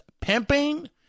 pimping